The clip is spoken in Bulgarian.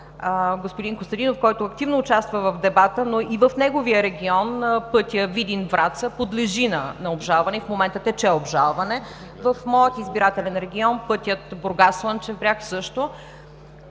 господин Костадинов, който активно участва в дебата, но и в неговия регион пътят Видин – Враца подлежи на обжалване и в момента тече обжалване. В моя избирателен район пътят Бургас – Слънчев бряг – също.